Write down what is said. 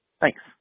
Thanks